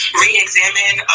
re-examine